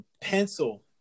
Pencil